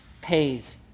pays